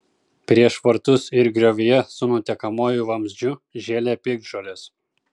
prieš vartus ir griovyje su nutekamuoju vamzdžiu žėlė piktžolės